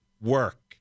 work